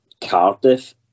Cardiff